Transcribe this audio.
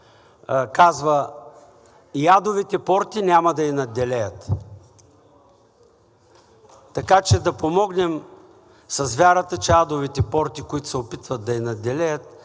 казва „и адовите порти няма да ѝ надделеят“. Така че да помогнем с вярата, че адовите порти, които се опитват да ѝ надделеят,